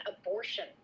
abortion